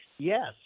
Yes